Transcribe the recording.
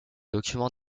documents